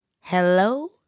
Hello